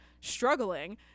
struggling